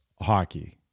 hockey